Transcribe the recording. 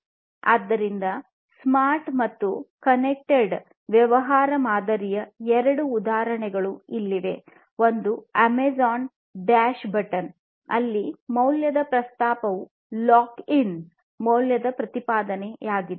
ಆದ್ದರಿಂದ ಸ್ಮಾರ್ಟ್ ಮತ್ತು ಕನೆಕ್ಟೆಡ್ ವ್ಯವಹಾರ ಮಾದರಿಯ ಎರಡು ಉದಾಹರಣೆಗಳು ಇಲ್ಲಿವೆ ಒಂದು ಅಮೆಜಾನ್ ಡ್ಯಾಶ್ ಬಟನ್ ಅಲ್ಲಿ ಮೌಲ್ಯದ ಪ್ರಸ್ತಾಪವು ಲಾಕ್ ಇನ್ ಮೌಲ್ಯದ ಪ್ರತಿಪಾದನೆಯಾಗಿದೆ